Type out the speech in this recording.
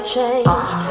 change